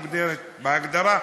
בהגדרה,